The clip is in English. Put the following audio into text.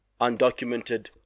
undocumented